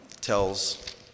tells